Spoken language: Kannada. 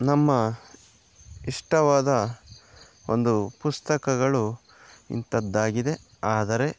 ನಮ್ಮ ಇಷ್ಟವಾದ ಒಂದು ಪುಸ್ತಕಗಳು ಇಂಥದ್ದಾಗಿದೆ ಆದರೆ